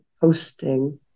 hosting